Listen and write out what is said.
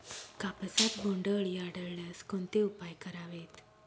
कापसात बोंडअळी आढळल्यास कोणते उपाय करावेत?